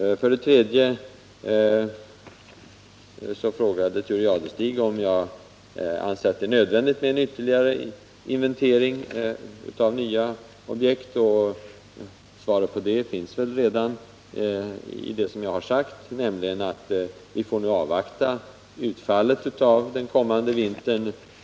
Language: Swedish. För det tredje frågade Thure Jadestig om jag anser att det är nödvändigt med en ytterligare inventering av nya objekt. Svaret på det ligger i det som jag redan har sagt, nämligen att vi nu får avvakta utfallet under den kommande vintern.